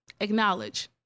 acknowledge